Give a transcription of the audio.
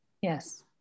Yes